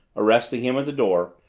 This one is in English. arresting him at the door,